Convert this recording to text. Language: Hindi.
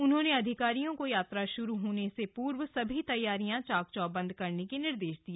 उन्होंने अधिकारियों को यात्रा शुरू होने से पूर्व सभी तैयारियां चाकचौबंद करने के निर्देश दिए